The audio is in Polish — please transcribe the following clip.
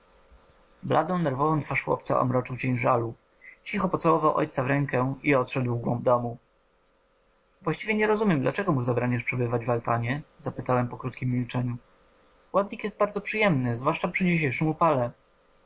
nerwową twarz chłopca omroczył cień żalu cicho pocałował ojca w rękę i odszedł w głąb domu właściwie nie rozumiem dlaczego mu zabraniasz przebywać w altanie zapytałem po krótkiem milczeniu chłodnik jest bardzo przyjemny zwłaszcza przy dzisiejszym upale